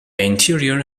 interior